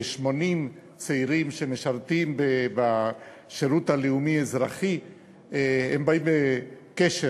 כ-80 צעירים שמשרתים בשירות הלאומי-אזרחי באים בקשר